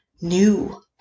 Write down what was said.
new